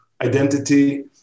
identity